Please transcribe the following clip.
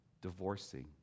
divorcing